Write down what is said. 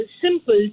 simple